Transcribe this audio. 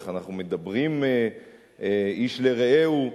איך אנחנו מדברים איש לרעהו,